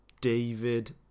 David